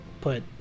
put